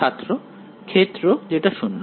ছাত্র ক্ষেত্র যেটা 0